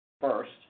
First